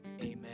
Amen